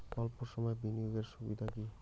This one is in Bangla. অল্প সময়ের বিনিয়োগ এর সুবিধা কি?